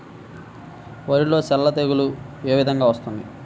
వరిలో సల్ల తెగులు ఏ విధంగా వస్తుంది?